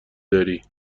داری